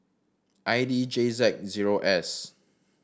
I D J Z zero S